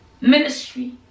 Ministry